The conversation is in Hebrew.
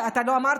אתה לא אמרת,